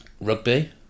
Rugby